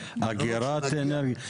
אגירת אנרגיה.